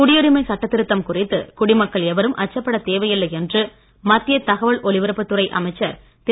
குடியுரிமை சட்டதிருத்தம் குறித்து குடிமக்கள் எவரும் அச்சப்படத் தேவையில்லை என்று மத்திய தகவல் ஒலிபரப்புத்துறை அமைச்சர் திரு